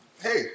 Hey